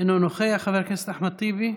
אינו נוכח, חבר הכנסת אחמד טיבי,